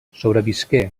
sobrevisqué